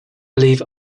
believe